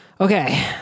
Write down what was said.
Okay